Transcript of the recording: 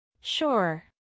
Sure